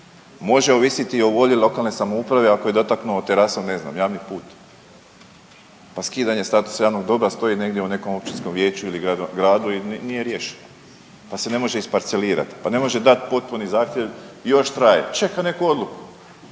može ovisiti o volji lokalne samouprave, ako je dotaknuo terasom, ne znam, javni put? Pa skidanje statusa javnog dobra stoji negdje u nekom općinskom vijeću i gradu i nije riješeno. Pa se ne može isparcelirati, pa ne može dati potpuni zahtjev, još traje, čeka neku odluku.